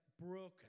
broken